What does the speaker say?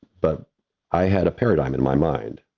but i had a paradigm in my mind.